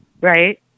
Right